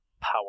power